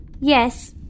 Yes